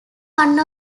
one